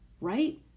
right